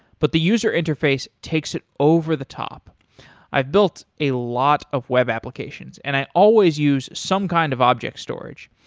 but the user interface takes it over the top i've built a lot of web applications and i always use some kind of object storage.